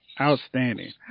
Outstanding